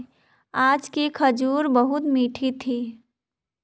आज की खजूर बहुत मीठी थी